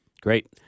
Great